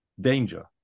danger